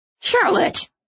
Charlotte